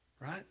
Right